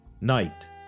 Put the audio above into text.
Night